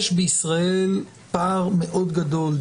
יש בישראל פער מאוד גדול,